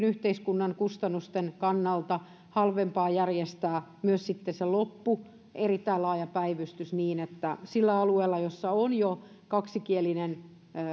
yhteiskunnan kustannusten kannalta halvempaa järjestää myös sitten se loppu erittäin laaja päivystys niin että sillä alueella jossa on jo kaksikielinen